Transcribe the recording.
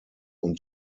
und